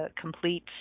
complete